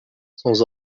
sans